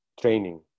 training